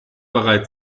bereit